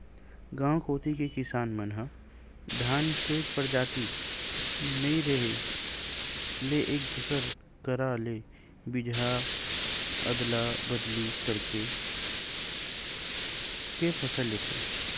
गांव कोती के किसान मन ह धान के परजाति नइ रेहे ले एक दूसर करा ले बीजहा अदला बदली करके के फसल लेथे